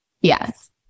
Yes